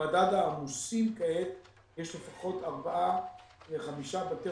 במדד העמוסים כעת יש לפחות ארבעה-חמישה בתי